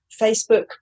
Facebook